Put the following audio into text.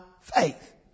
faith